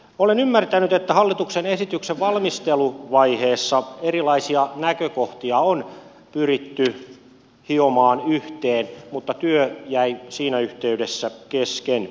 olen ymmärtänyt että hallituksen esityksen valmisteluvaiheessa erilaisia näkökohtia on pyritty hiomaan yhteen mutta työ jäi siinä yhteydessä kesken